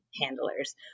handlers